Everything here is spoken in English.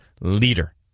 leader